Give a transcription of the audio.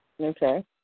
Okay